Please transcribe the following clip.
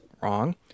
wrong